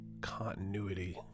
continuity